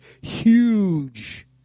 huge